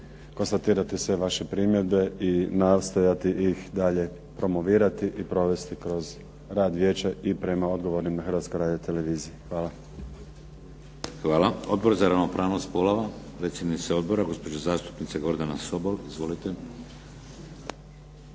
konstatirati sve vaše primjedbe i nastojati ih dalje promovirati i provesti kroz rad vijeća i prema odgovornima na Hrvatskoj radio-televiziji. Hvala. **Šeks, Vladimir (HDZ)** Hvala. Odbor za ravnopravnost spolova, predsjednica odbora gospođa zastupnica Gordana Sobol. Izvolite.